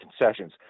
concessions